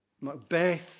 Macbeth